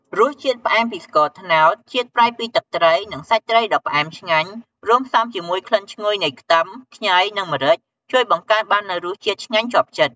រសជាតិផ្អែមពីស្ករត្នោត ជាតិប្រៃពីទឹកត្រី និងសាច់ត្រីដ៏ផ្អែមឆ្ងាញ់ រួមផ្សំជាមួយក្លិនឈ្ងុយនៃខ្ទឹម ខ្ញី និងម្រេច ជួយបង្កើនបាននូវរសជាតិឆ្ងាញ់ជាប់ចិត្ត។